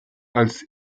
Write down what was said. als